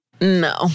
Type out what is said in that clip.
No